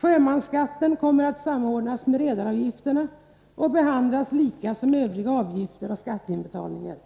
Sjömansskatt kommer att samordnas med redaravgifter och behandlas lika som övriga avgifter och skatteinbetalningar.